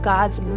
God's